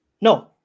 No